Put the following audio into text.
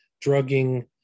drugging